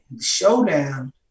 showdown